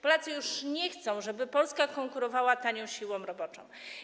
Polacy już nie chcą, żeby Polska konkurowała tanią siłą roboczą.